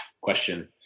question